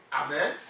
Amen